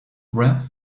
wreath